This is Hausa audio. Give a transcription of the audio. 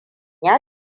ya